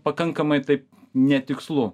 pakankamai taip netikslu